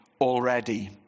already